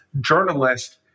journalist